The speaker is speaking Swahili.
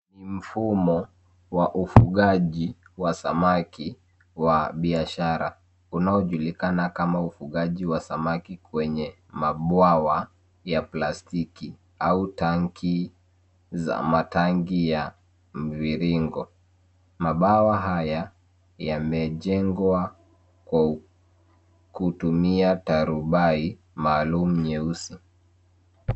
Ni mfumo wa ufugaji wa samaki wa biashara unaojulikana kama ufugaji wa samaki kwenye mabwawa ya plastiki au tanki za matanki ya mviringo. Mabwawa haya yamejengwa kwa kutumia tarubai maalum nyeusi.